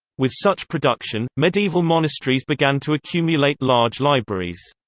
with such production, medieval monasteries began to accumulate large libraries.